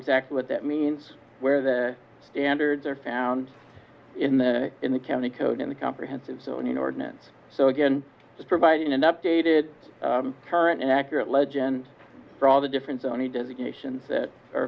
exactly what that means where the standards are found in the in the county code in the comprehensive zoning ordinance so again providing an updated current and accurate legend for all the different sony designations that are